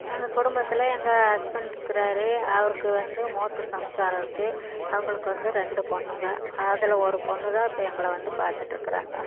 எங்கள் குடும்பத்தில் எங்கள் ஹஸ்பண்ட் இருக்கிறாரு அவருக்கு வந்து மூத்த சம்சாரம் இருக்குது அவங்களுக்கு வந்து ரெண்டு பொண்ணுங்கள் அதில் ஒரு பொண்ணு தான் இப்போ எங்களை வந்து பார்த்துட்ருக்குறாங்க